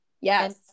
yes